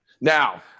Now